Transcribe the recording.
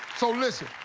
so, listen,